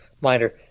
minor